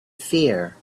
fear